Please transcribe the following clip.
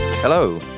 Hello